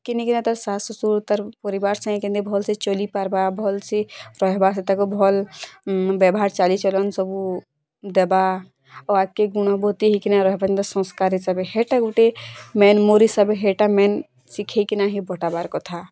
କିନ୍ କିନା ତା ଶାଶୁ ଶଶ୍ୱୁର୍ ତା'ର୍ ପରିବାର୍ ସାଙ୍ଗେ କେମତି ଭଲ୍ ସେ ଚଲି ପାରିବା ଭଲ୍ ସେ ରହିବା ତାକୁ ଭଲ୍ ବ୍ୟବହାର ଚାଲିଚଲନ୍ ସବୁ ଦେବା ଆଉ ଆଗ୍କେ ଗୁଣବତୀ ହେଇ କିନା ରହିବା ଏନ୍ତା ସଂସ୍କାରେ ହିସାବେ ହେଟା ଗୋଟେ ମେନ୍ ମୋର୍ ହିସାବେ ହେଟା ମେନ୍ ଶିଖେଇ କିନା ହେ ବଟାବାର୍ କଥା